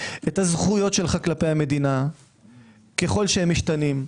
את הזכויות שלך כלפי המדינה ככל שהם משתנים.